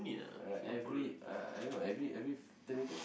uh every uh I don't know every every ten meter